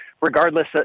regardless